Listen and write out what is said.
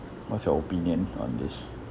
what's your opinion on this